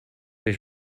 was